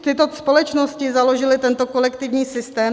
Tyto společnosti založily tento kolektivní systém.